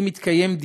אם יתקיים,